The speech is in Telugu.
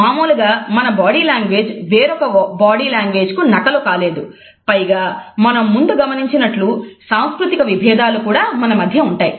మామూలుగా మన బాడీ లాంగ్వేజ్ వేరొకరి బాడీలాంగ్వేజ్కు నకలు కాలేదు పైగా మనం ముందు గమనించినట్లు సాంస్కృతిక విభేదాలు కూడా మనమధ్య ఉంటాయి